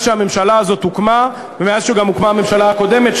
הוקמה הממשלה הזו ומאז גם הוקמה הממשלה הקודמת,